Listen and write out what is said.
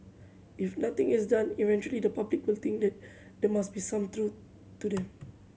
if nothing is done eventually the public will think that the must be some truth to them